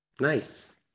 Nice